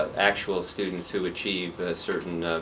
actual students who achieve certain